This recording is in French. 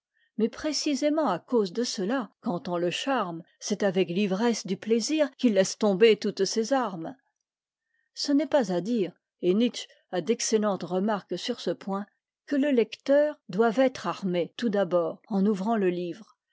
mais précisément à cause de cela quand on le charme c'est avec l'ivresse du plaisir qu'il laisse tomber toutes ses armes ce n'est pas à dire et nietzsche a d'excellentes remarques sur ce point que le lecteur doive être armé tout d'abord en ouvrant le livre